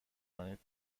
کنید